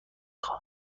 خواهم